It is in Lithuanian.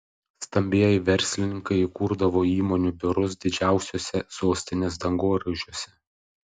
stambieji verslininkai įkurdavo įmonių biurus didžiausiuose sostinės dangoraižiuose